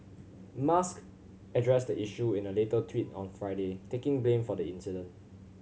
musk addressed the issue in a later tweet on Friday taking blame for the accident